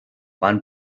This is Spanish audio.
pan